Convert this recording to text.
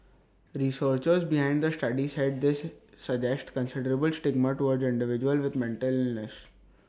researchers behind the study said this suggests considerable stigma towards individuals with mental illness